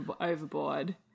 overboard